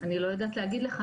אני לא יודעת להגיד לך,